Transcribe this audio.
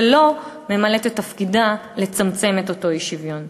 והיא לא ממלאת את תפקידה לצמצם את אותו אי-שוויון.